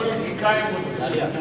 לא הפוליטיקאים רוצים בזה,